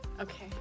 Okay